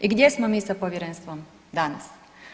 I gdje smo mi sa Povjerenstvom danas?